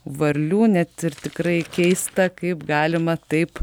varlių net ir tikrai keista kaip galima taip